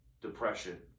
depression